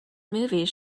movies